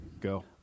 Go